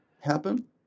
happen